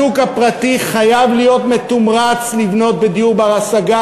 3. השוק הפרטי חייב להיות מתומרץ לבנות דיור בר-השגה